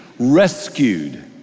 Rescued